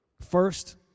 First